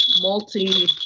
multi